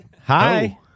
Hi